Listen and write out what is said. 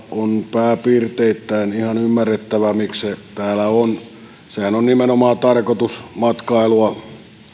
on pääpiirteittäin ihan ymmärrettävää miksi se täällä on senhän on nimenomaan tarkoitus matkailua